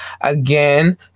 again